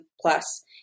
plus